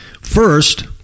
First